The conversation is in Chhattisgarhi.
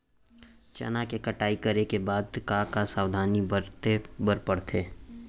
चना के कटाई करे के बाद का का सावधानी बरते बर परथे?